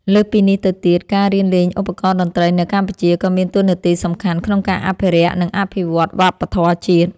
លើសពីនេះទៅទៀត ការរៀនលេងឧបករណ៍តន្ត្រីនៅកម្ពុជាក៏មានតួនាទីសំខាន់ក្នុងការអភិរក្ស និងអភិវឌ្ឍវប្បធម៌ជាតិ។